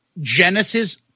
Genesis